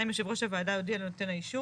2. יושב ראש הוועדה הודיע לנותן האישור